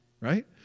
Right